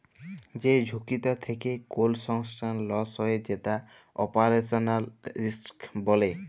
যে ঝুঁকিটা থেক্যে কোল সংস্থার লস হ্যয়ে যেটা অপারেশনাল রিস্ক বলে